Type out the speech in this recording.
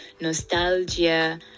nostalgia